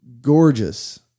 gorgeous